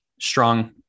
strong